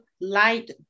light